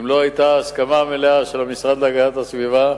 לא היתה הסכמה מלאה של המשרד להגנת הסביבה,